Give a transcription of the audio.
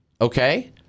Okay